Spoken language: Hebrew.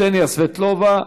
קסניה סבטלובה,